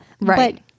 Right